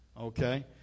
Okay